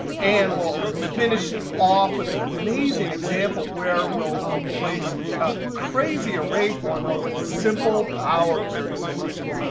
and we'll finish it off with an amazing example where we'll replace a crazy array formula with a simple power query solution.